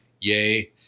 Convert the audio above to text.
Yay